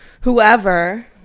whoever